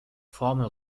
formel